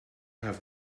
have